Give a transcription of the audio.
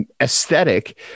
aesthetic